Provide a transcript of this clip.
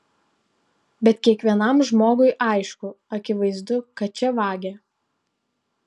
bet kiekvienam žmogui aišku akivaizdu kad čia vagia